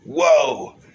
Whoa